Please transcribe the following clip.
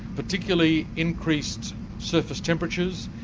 particularly increased surface temperatures,